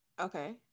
Okay